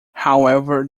however